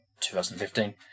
2015